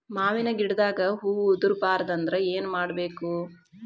ಮಾವಿನ ಗಿಡದಾಗ ಹೂವು ಉದುರು ಬಾರದಂದ್ರ ಏನು ಮಾಡಬೇಕು?